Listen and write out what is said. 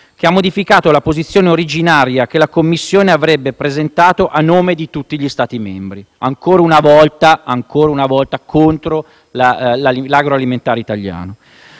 che ha modificato la posizione originaria che la Commissione avrebbe presentato a nome di tutti gli Stati membri, ancora una volta contro l'agroalimentare italiano.